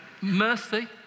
mercy